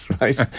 right